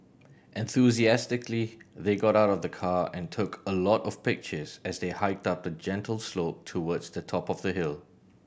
enthusiastically they got out of the car and took a lot of pictures as they hiked up a gentle slope towards the top of the hill